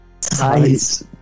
size